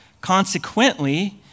Consequently